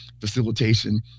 facilitation